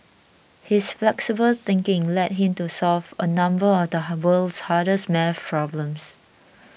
his flexible thinking led him to solve a number of the world's hardest math problems